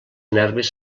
nervis